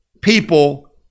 people